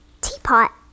teapot